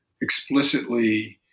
explicitly